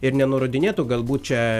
ir nenurodinėtų galbūt čia